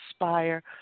inspire